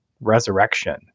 resurrection